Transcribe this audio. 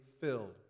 filled